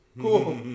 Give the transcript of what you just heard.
Cool